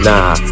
Nah